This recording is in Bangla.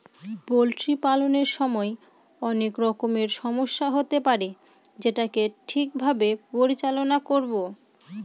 পোল্ট্রি পালনের সময় অনেক রকমের সমস্যা হতে পারে যেটাকে ঠিক ভাবে পরিচালনা করবো